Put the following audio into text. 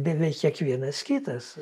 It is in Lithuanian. beveik kiekvienas kitas